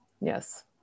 yes